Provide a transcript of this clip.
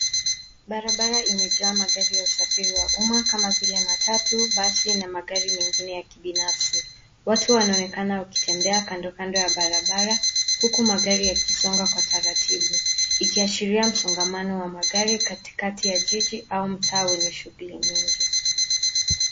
Barabara imejaa magari ya usafiri wa umma kama vile matatu, basi na magari mengine ya kibinafsi. Watu wanaonekana wakitembea kandokando ya barabara huku magari yakisonga kwa taratibu ikiashiria msongamano wa magari katikati ya jiji au mtaa wenye shughuli nyingi.